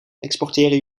exporteren